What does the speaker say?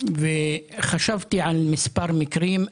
וחשבתי על מספר מקרים,